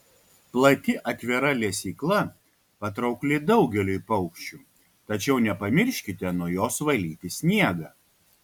plati atvira lesykla patraukli daugeliui paukščių tačiau nepamirškite nuo jos valyti sniegą